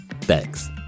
thanks